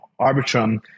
Arbitrum